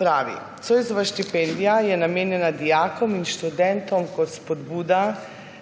pravi: »Zoisova štipendija je namenjena dijakom in študentom kot spodbuda